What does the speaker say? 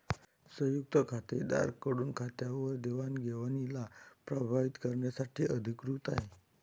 संयुक्त खातेदारा कडून खात्यावर देवाणघेवणीला प्रभावीत करण्यासाठी अधिकृत आहे